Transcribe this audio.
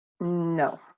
no